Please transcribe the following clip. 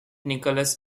nicholas